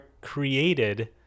created